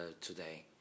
today